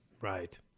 Right